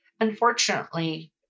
unfortunately